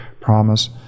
promise